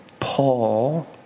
Paul